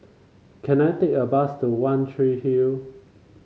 can I take a bus to One Tree Hill